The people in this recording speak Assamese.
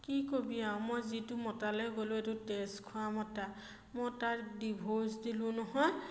কি কবি আৰু মই যিটো মতালৈ গ'লোঁ এইটো তেজ খোৱা মতা মই তাক ডিভৰ্চ দিলোঁ নহয়